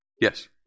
Yes